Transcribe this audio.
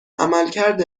عملکرد